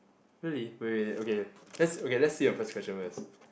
really wait wait okay let's okay let's see the first question first